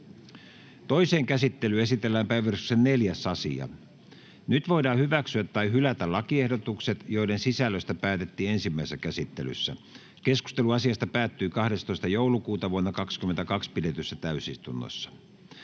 Toiseen käsittelyyn esitellään päiväjärjestyksen 4. asia. Nyt voidaan hyväksyä tai hylätä lakiehdotukset, joiden sisällöstä päätettiin ensimmäisessä käsittelyssä. Keskustelu asiasta päättyi 12.12.2022 pidetyssä täysistunnossa.